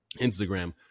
Instagram